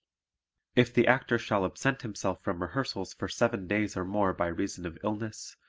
if the actor shall absent himself from rehearsals for seven days or more by reason of illness,